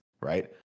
right